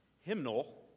hymnal